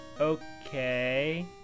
okay